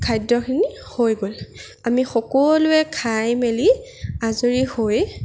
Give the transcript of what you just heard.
খাদ্যখিনি হৈ গ'ল আমি সকলোৱে খাই মেলি আজৰি হৈ